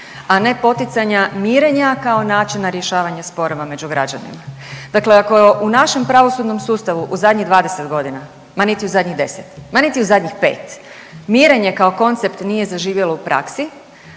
a ne poticanja mirenja kao načina rješavanja sporova među građanima. Dakle ako u našem pravosudnom sustavu u zadnjih 20 godina, ma niti u zadnjih 10, ma niti u zadnjih 5 mirenje kao koncept nije zaživjelo u praksi,